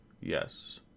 Yes